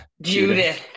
Judith